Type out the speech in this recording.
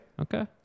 Okay